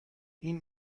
این